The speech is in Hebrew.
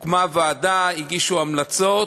הוקמה ועדה, הגישו המלצות,